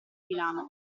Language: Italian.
milano